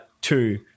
two